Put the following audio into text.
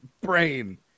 Brain